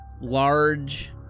large